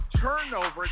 turnover